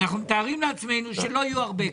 אנחנו מתארים לעצמנו שלא יהיו הרבה כאלה.